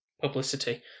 publicity